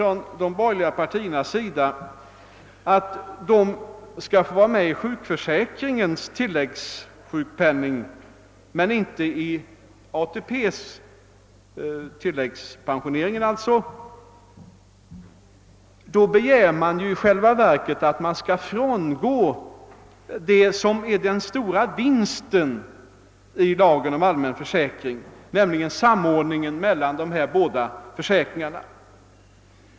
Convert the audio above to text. De borgerliga begär att vederbörande skall kunna vara med i och få tilläggssjukpenning i sjukförsäkringen men inte i ATP. Men det skulle innebära att vi gick ifrån det som är den stora vinsten med lagen om allmän försäkring, nämligen samordningen mellan de båda försäkringarna.